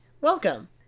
Welcome